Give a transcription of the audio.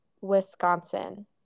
Wisconsin